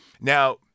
Now